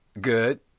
Good